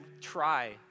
try